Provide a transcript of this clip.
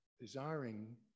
desiring